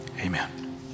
Amen